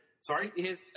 Sorry